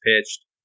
pitched